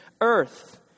earth